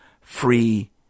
free